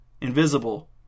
invisible